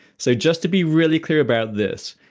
so just to be really clear about this,